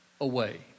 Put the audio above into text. away